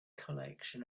collection